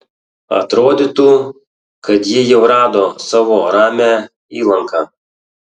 atrodytų kad ji jau rado savo ramią įlanką